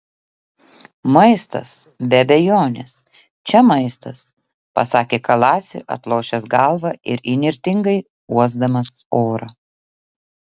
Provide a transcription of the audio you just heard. maistas be abejonės čia maistas pasakė kalasi atlošęs galvą ir įnirtingai uosdamas orą